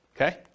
okay